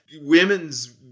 women's